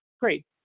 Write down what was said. great